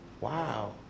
Wow